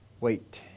wait